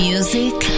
Music